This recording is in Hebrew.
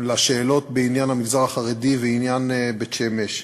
לשאלות בעניין המגזר החרדי ועניין בית-שמש.